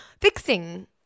fixing